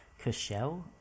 Cushell